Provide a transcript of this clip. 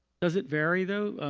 does it vary though?